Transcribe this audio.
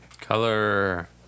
Color